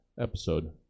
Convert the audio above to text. episode